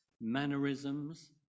mannerisms